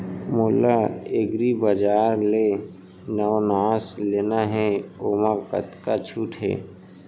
मोला एग्रीबजार ले नवनास लेना हे ओमा कतका छूट हे?